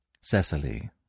Cecily